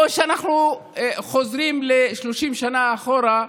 או שאנחנו חוזרים 30 שנה אחורה?